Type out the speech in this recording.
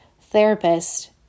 therapist